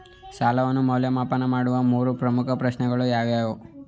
ಸಾಲವನ್ನು ಮೌಲ್ಯಮಾಪನ ಮಾಡುವ ಮೂರು ಪ್ರಮುಖ ಪ್ರಶ್ನೆಗಳು ಯಾವುವು?